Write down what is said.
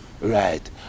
Right